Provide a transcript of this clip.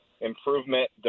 improvement